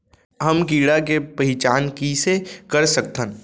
हम कीड़ा के पहिचान कईसे कर सकथन